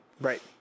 right